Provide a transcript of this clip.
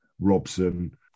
Robson